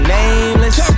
nameless